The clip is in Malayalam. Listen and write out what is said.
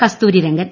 കസ്തൂരിരംഗൻ